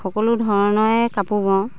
সকলো ধৰণৰে কাপোৰ বওঁ